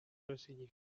ezinik